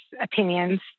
opinions